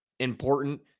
important